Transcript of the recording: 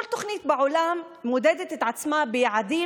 כל תוכנית בעולם מודדת את עצמה ביעדים